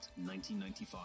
1995